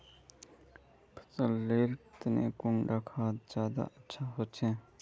फसल लेर तने कुंडा खाद ज्यादा अच्छा होचे?